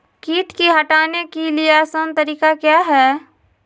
किट की हटाने के ली आसान तरीका क्या है?